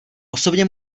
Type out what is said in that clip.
osobně